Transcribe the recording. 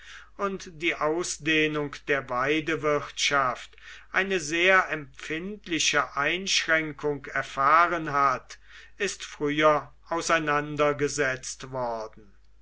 und die ausdehnung der weidewirtschaft eine sehr empfindliche einschränkung erfahren hat ist früher auseinandergesetzt worden